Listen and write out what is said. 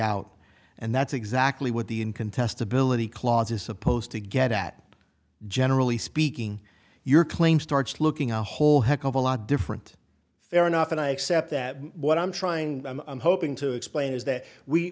out and that's exactly what the in contestability clause is supposed to get at generally speaking your claim starts looking a whole heck of a lot different fair enough and i accept that what i'm trying i'm hoping to explain is that we